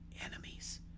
enemies